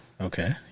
Okay